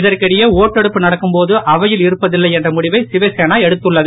இதற்கிடையே ஓட்டெடுப்பு நடக்கும்போது அவையில் இருப்பதில்லை என்ற முடிவை சிவசேனா எடுத்துள்ளது